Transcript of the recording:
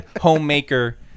Homemaker